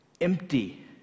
empty